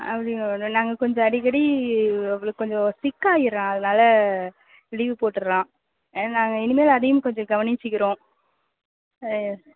அப்படிங்களா மேடம் நாங்கள் கொஞ்சம் அடிக்கடி அவனுக்குக் கொஞ்சம் சிக் ஆயிடுறான் அதனால் லீவ் போட்டுறான் ஏன்னா நாங்கள் இனிமேலும் அதையும் கொஞ்சம் கவனித்துக்கிறோம் ஆ